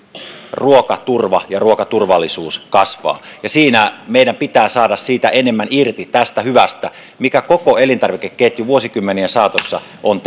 ruokaturva ja ruokaturvallisuus kasvavat ja siinä meidän pitää saada enemmän irti tästä hyvästä mitä koko elintarvikeketju vuosikymmenien saatossa on